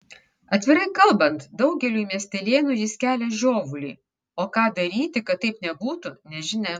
atvirai kalbant daugeliui miestelėnų jis kelia žiovulį o ką daryti kad taip nebūtų nežinia